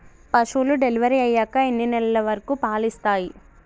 పశువులు డెలివరీ అయ్యాక ఎన్ని నెలల వరకు పాలు ఇస్తాయి?